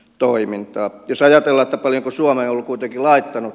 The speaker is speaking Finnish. toimintaa kisoja pelata paljon suomea on kuitenkin laittanut